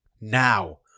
Now